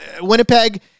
Winnipeg